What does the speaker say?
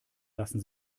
lassen